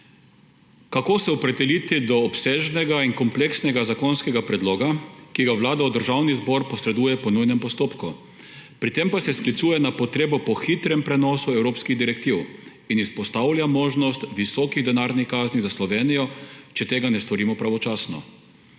Kako se opredeliti do obsežnega in kompleksnega zakonskega predloga, ki ga Vlada v Državni zbor posreduje po nujnem postopku, pri tem pa se sklicuje na potrebo po hitrem prenosu evropskih direktiv in izpostavlja možnost visokih denarnih kazni za Slovenijo, če tega ne storimo pravočasno?